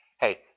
Hey